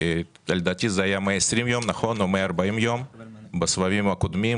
לדעתי בסבבים הקודמים